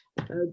Okay